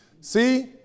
See